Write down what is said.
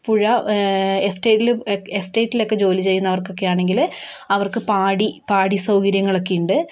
പുഴ എസ്റ്റേറ്റില് എസ്റേറ്റിലൊക്കെ ജോലിചെയ്യുന്നവർക്കൊക്കെയാണെങ്കില് അവർക്ക് പാടി പാടി സൗകര്യങ്ങൾ ഒക്കെ ഉണ്ട്